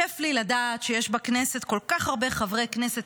כיף לי לדעת שיש בכנסת כל כך הרבה חברי כנסת